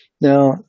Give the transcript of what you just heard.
Now